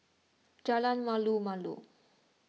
Jalan Malu Malu